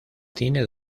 cine